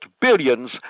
billions